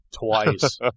twice